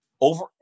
Over